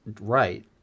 right